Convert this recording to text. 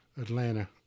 Atlanta